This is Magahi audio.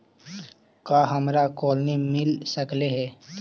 का हमरा कोलनी मिल सकले हे?